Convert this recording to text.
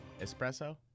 Espresso